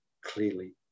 clearly